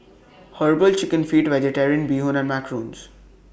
Herbal Chicken Feet Vegetarian Bee Hoon and Macarons